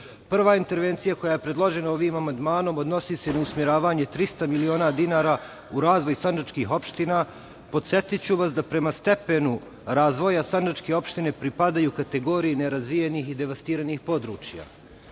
intervencija koja je predložena ovim amandmanom odnosi se na usmeravanje 300 miliona dinara u razvoj sandžačkih opština. Podsetiću vas da prema stepenu razvoja sandžačke opštine pripadaju kategoriji nerazvijenih i devastiranih područja. Drugi